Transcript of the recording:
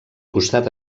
costat